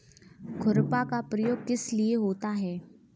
खुरपा का प्रयोग किस लिए होता है?